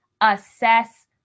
assess